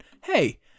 Hey